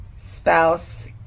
spouse